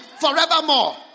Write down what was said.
forevermore